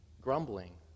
grumbling